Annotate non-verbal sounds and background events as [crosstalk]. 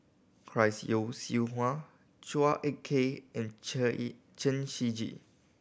Chris Yeo Siew Hua Chua Ek Kay and [unintelligible] Chen Shiji